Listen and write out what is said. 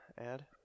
add